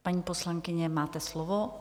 Paní poslankyně, máte slovo.